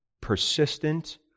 persistent